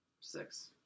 Six